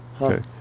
Okay